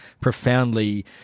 profoundly